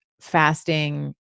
fasting